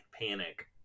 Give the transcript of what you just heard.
panic